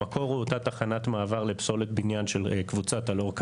המקור הוא אותה תחנת מעבר לפסולת בניין של קבוצת לטלאור כראדי.